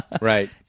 right